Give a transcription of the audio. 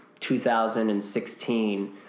2016